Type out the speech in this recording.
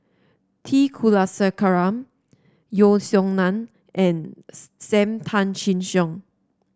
T Kulasekaram Yeo Song Nian and Sam Tan Chin Siong